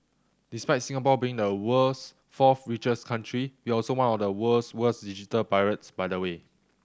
despite Singapore being the world's fourth richest country we're also one of the world's worst digital pirates by the way